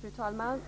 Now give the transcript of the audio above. Fru talman!